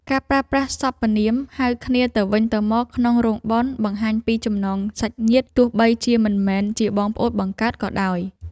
ការប្រើប្រាស់សព្វនាមហៅគ្នាទៅវិញទៅមកក្នុងរោងបុណ្យ បង្ហាញពីចំណងសាច់ញាតិទោះបីជាមិនមែនជាបងប្អូនបង្កើតក៏ដោយ។